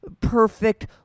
perfect